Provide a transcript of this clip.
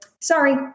sorry